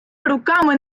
руками